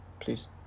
please